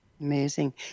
Amazing